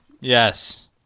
Yes